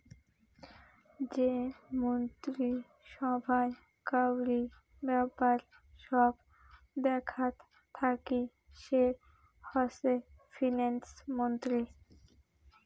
যে মন্ত্রী সভায় কাউরি ব্যাপার সব দেখাত থাকি সে হসে ফিন্যান্স মন্ত্রী